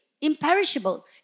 imperishable